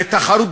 בתחרות,